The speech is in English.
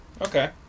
Okay